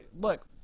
look